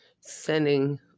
Sending